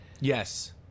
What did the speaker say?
Yes